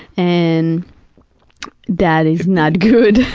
and that is not good.